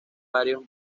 varios